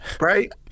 Right